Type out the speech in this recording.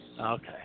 Okay